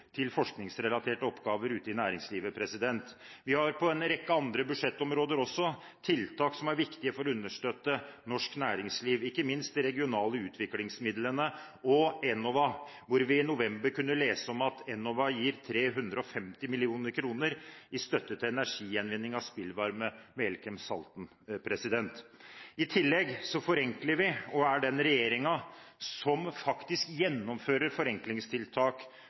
til forskningsrelaterte oppgaver ute i næringslivet. Vi har på en rekke andre budsjettområder også tiltak som er viktige for å understøtte norsk næringsliv, ikke minst de regionale utviklingsmidlene og Enova, hvor vi i november kunne lese at Enova gir 350 mill. kr i støtte til energigjenvinning av spillvarme ved Elkem Salten. I tillegg forenkler vi, og vi er den regjeringen som faktisk gjennomfører forenklingstiltak